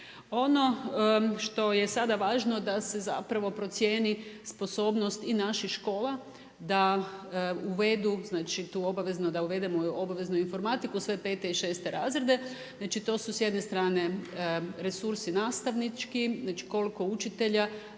je što je sada važno da se zapravo procijeni sposobnost i naših škola, da uvedu znači tu obavezno da uvedemo informatiku za sve 5. i 6. razrede, znači to su s jedne strane resursi nastavnički, znači koliko učitelja